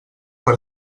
per